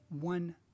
one